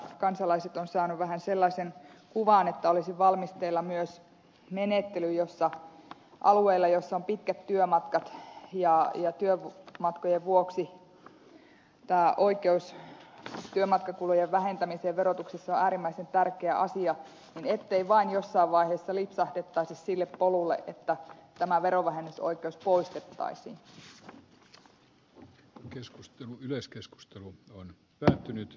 kansalaiset ovat saaneet vähän sellaisen kuvan ettei vain alueilla missä on pitkät työmatkat ja työmatkojen vuoksi oikeus työmatkakulujen vähentämiseen verotuksessa on äärimmäisen tärkeä asia olisi valmisteilla sellainen menettely ja jossain vaiheessa lipsahdettaisi sille polulle että tämä verovähennysoikeus poistettaisiin